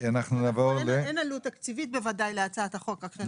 אין עלות תקציבית ודאי להצעת החוק.